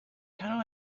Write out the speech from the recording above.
can